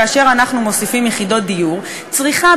כאשר אנחנו מוסיפים יחידות דיור צריכה,